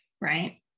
Right